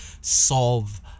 solve